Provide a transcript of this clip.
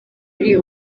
ari